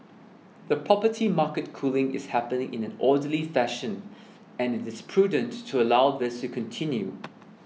the property market cooling is happening in an orderly fashion and it is prudent to allow this to continue